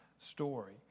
story